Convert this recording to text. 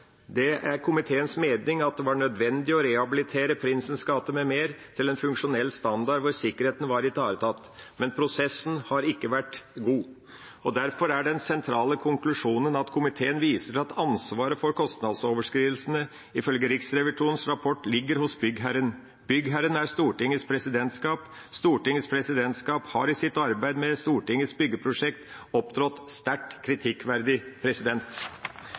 det er komiteens mening at det var nødvendig å rehabilitere Prinsens gate m.m. til en funksjonell standard hvor sikkerheten var ivaretatt, men prosessen har ikke vært god, og derfor er den sentrale konklusjonen at komiteen viser til at ansvaret for kostnadsoverskridelsene ifølge Riksrevisjonen rapport ligger hos byggherren. Byggherren er Stortingets presidentskap. Stortingets presidentskap har i sitt arbeid med Stortingets byggeprosjekt opptrådt sterkt kritikkverdig.